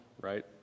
right